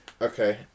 Okay